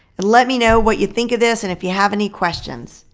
and let me know what you think of this and if you have any questions.